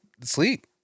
Sleep